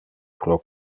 pro